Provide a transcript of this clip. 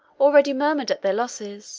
already murmured at their losses